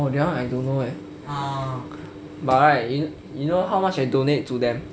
oh that one I don't know eh but right you you know how much I donate to them